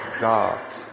god